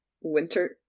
winter